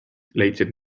leidsid